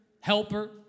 helper